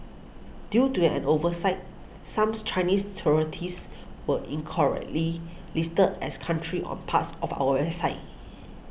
due to an oversight some Chinese territories were incorrectly listed as countries on parts of our website